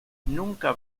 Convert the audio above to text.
nunca